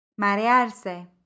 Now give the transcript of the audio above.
Marearse